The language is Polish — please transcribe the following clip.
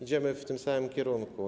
Idziemy w tym samym kierunku.